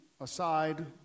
aside